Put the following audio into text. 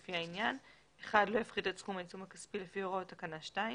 לפי העניין (1) לא יפחית את סכום העיצום הכספי לפי הוראות תקנה 2,